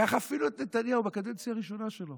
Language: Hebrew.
קח אפילו את נתניהו בקדנציה הראשונה שלו.